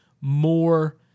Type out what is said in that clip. more